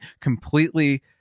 completely